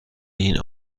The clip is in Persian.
این